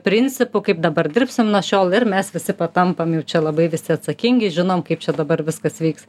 principų kaip dabar dirbsim nuo šiol ir mes visi tampam jau čia labai visi atsakingi žinom kaip čia dabar viskas vyks